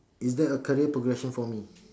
is there a career progression for me